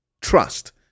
trust